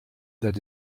that